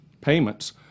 payments